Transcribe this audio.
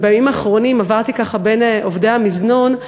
בימים האחרונים עברתי ככה בין עובדי המזנון,